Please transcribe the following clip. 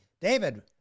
David